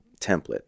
template